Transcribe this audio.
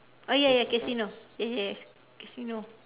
oh ya ya casino ya ya ya casino